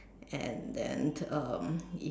and then um it